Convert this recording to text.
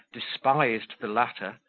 despised the latter,